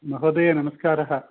महोदय नमस्कारः